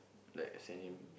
like I send him